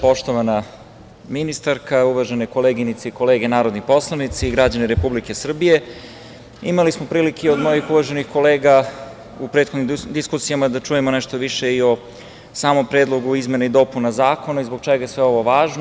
Poštovana ministarka, uvažene koleginice i kolege narodni poslanici, građani Republike Srbije, imali smo prilike od mojih uvaženih kolega u prethodnim diskusijama da čujemo nešto više i o samom predlogu izmena i dopuna zakona i zbog čega je sve ovo važno.